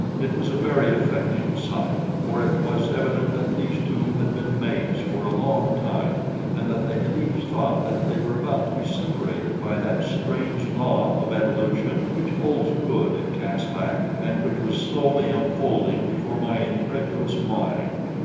it was a very affecting sight, for it was evident that these two had been mates for a long time and that they had each thought that they were about to be separated by that strange law of evolution which holds good in caspak and which was slowly unfolding before my incredulous mind.